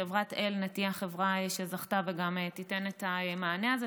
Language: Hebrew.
וחברת אלנט היא החברה שזכתה וגם תיתן את המענה הזה.